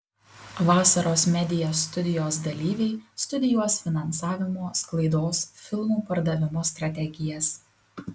vasaros media studijos dalyviai studijuos finansavimo sklaidos filmų pardavimo strategijas